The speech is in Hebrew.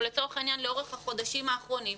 או לצורך העניין לאורך החודשים האחרונים,